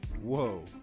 Whoa